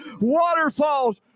waterfalls